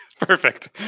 Perfect